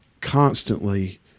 constantly